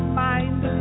mind